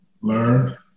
learn